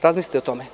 Razmislite o tome.